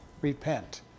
repent